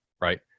right